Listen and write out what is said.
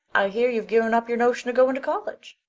i hear you've given up your notion of going to college.